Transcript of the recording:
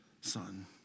son